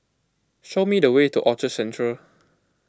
show me the way to Orchard Central